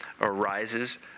arises